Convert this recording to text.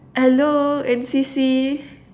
hello N_C_C